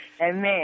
Amen